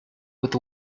with